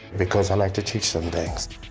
because i like to teach them things.